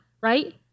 right